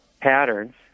patterns